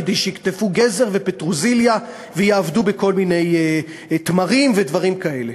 כדי שיקטפו גזר ופטרוזיליה ויעבדו בתמרים ובכל מיני דברים כאלה.